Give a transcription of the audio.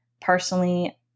personally